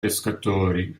pescatori